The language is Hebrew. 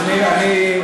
אז אני,